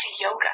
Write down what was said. yoga